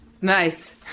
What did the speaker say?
Nice